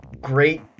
great